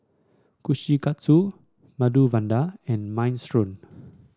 Kushikatsu Medu Vada and Minestrone